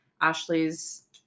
Ashley's